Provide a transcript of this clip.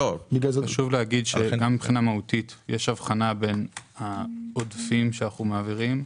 גם מהותית יש הבחנה בין העודפים שאנחנו מעבירים,